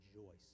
rejoice